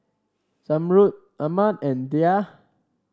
Zamrud Ahmad and Dhia